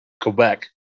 Quebec